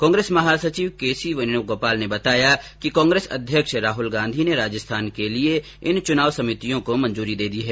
कांग्रेस महासचिव के सी वेणुगोपाल ने बताया कि कांग्रेस अध्यक्ष राहुल गांधी ने राजस्थान के लिए इन चुनाव समितियों को मंजूरी दे दी है